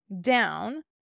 down